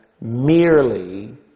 merely